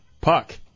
Puck